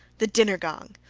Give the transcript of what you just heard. the dinner gong!